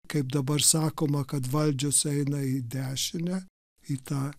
kaip dabar sakoma kad valdžios eina į dešinę į tą